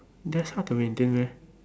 that's hard to maintain meh